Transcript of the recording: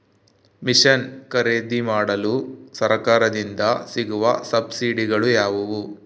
Mission ಖರೇದಿಮಾಡಲು ಸರಕಾರದಿಂದ ಸಿಗುವ ಸಬ್ಸಿಡಿಗಳು ಯಾವುವು?